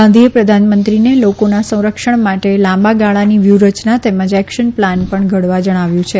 ગાંધીએ પ્રધાનમંત્રીને લોકોના સંરક્ષણ માટે લાંબા ગાળાની વ્યુહરચના તેમજ એકશન પ્લાન પણ ઘડવા જણાવ્યું છે